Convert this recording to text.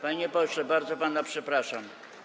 Panie pośle, bardzo pana przepraszam.